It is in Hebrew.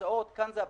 לעומת זאת,